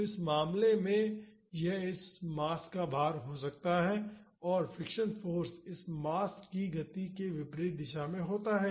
तो इस मामले में यह इस मास का भार हो सकता है और फ्रिक्शन फाॅर्स इस मास की गति के विपरीत दिशा में होता है